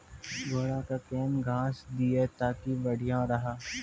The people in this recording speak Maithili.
घोड़ा का केन घास दिए ताकि बढ़िया रहा?